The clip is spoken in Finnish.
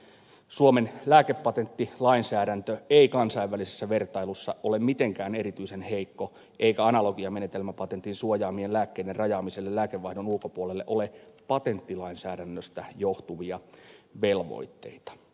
suomen lääkepatenttilainsäädäntö ei kansainvälisessä vertailussa ole mitenkään erityisen heikko eikä analogiamenetelmäpatentin suojaamien lääkkeiden rajaamiselle lääkevaihdon ulkopuolelle ole patenttilainsäädännöstä johtuvia velvoitteita